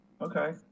Okay